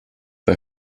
bei